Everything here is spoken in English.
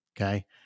Okay